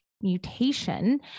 mutation